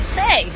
say